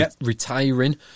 retiring